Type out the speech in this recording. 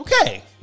Okay